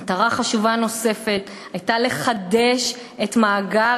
מטרה חשובה נוספת הייתה לחדש את מאגר